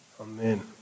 Amen